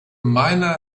miner